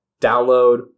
download